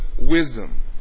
wisdom